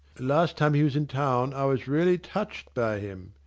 last time he was in town i was really touched by him.